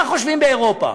מה חושבים באירופה